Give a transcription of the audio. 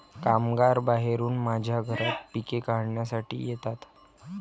कामगार बाहेरून माझ्या घरात पिके काढण्यासाठी येतात